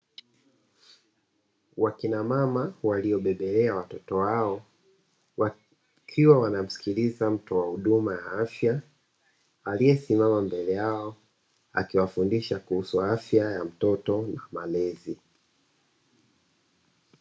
Wakina mama waliobebelea watoto wao, wakiwa wanamsikiliza mtu wa huduma ya afya aliyesimama mbele yao akiwafundisha kuhusu afya ya mtoto na malezi.